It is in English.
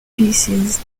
pieces